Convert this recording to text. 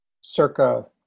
circa